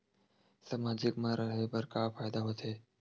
सामाजिक मा रहे बार का फ़ायदा होथे?